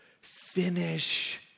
Finish